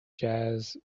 jazz